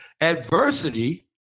Adversity